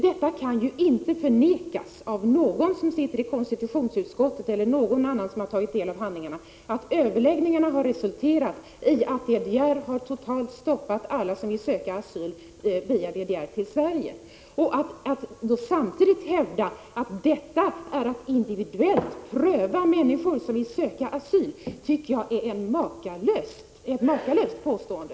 Det kan ju inte förnekas av någon som sitter i konstitutionsutskottet eller av någon annan som har tagit del av handlingarna, att överläggningarna har resulterat i att DDR har totalt stoppat alla som vill söka asyl via DDR till Sverige. Att då samtidigt hävda att detta är att individuellt pröva fall för människor som vill söka asyl tycker jag är att göra ett makalöst påstående.